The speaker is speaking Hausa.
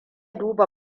duba